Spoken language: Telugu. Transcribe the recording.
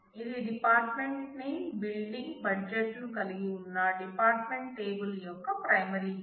ఇది డిపార్ట్మెంట్ నేమ్ బిల్డింగ్ బడ్జెట్ లను కలిగి ఉన్న డిపార్ట్మెంట్ టేబుల్ యొక్క ప్రైమరీ కీ